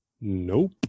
Nope